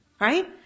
Right